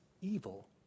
evil